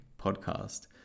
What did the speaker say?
podcast